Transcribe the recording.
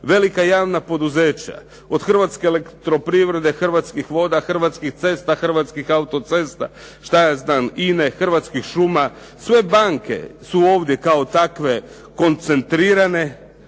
velika javna poduzeća od Hrvatske elektroprivrede, Hrvatskih voda, Hrvatskih cesta, Hrvatskih autocesta šta ja znam, INA-e, Hrvatskih šuma. Sve banke su ovdje kao takve koncentrirane.